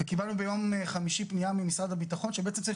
קיבלנו ביום חמישי פנייה ממשרד הביטחון שבעצם צריך